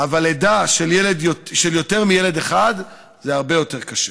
אבל לידה של יותר מילד אחד זה הרבה יותר קשה.